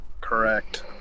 Correct